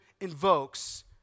invokes